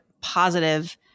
positive